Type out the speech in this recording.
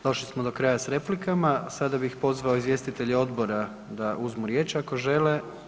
Došli smo do kraja s replikama, sada bih pozvao izvjestitelje odbora da uzmu riječ ako žele.